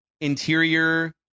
interior